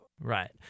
Right